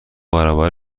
برابر